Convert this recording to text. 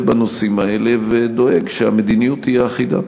בנושאים האלה ודואג שהמדיניות תהיה אחידה.